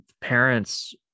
parents